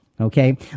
okay